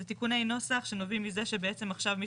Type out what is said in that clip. זה תיקוני נוסח שנובעים מזה שבעצם עכשיו מי